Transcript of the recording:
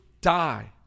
die